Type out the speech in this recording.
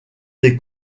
des